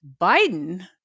Biden